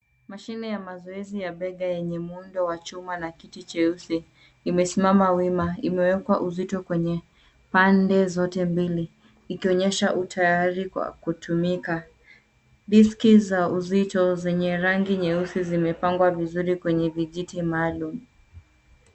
Mashine ya mazoezi ya bega yenye muundo wa chuma na kiti cheusi, imesimama wima, imewekwa uzito kwenye pande zote mbili, ikionyesha utayari kwa kutumika. Diski za uzito zenye rangi nyeusi zimepangwa vizuri kwenye vijiti maalum.